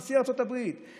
נשיא ארצות הברית,